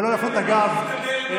אבל לא להפנות את הגב לדובר.